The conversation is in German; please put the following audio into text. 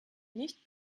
nicht